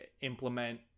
implement